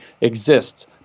exists